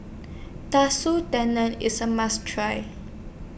Tendon IS A must Try